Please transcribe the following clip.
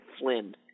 Flynn